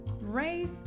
Race